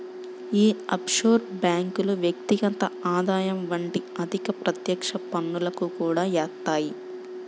యీ ఆఫ్షోర్ బ్యేంకులు వ్యక్తిగత ఆదాయం వంటి అధిక ప్రత్యక్ష పన్నులను కూడా యేత్తాయి